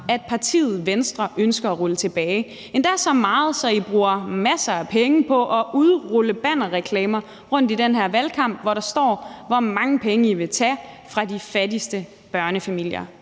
at partiet Venstre ønsker at rulle tilbage – endda så meget, at I bruger masser af penge på at udrulle bannerreklamer i den her valgkamp, hvor der står, hvor mange penge I vil tage fra de fattigste børnefamilier